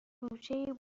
گوشه